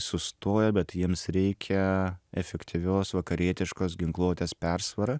sustoja bet jiems reikia efektyvios vakarietiškos ginkluotės persvara